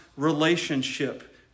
relationship